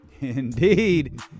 Indeed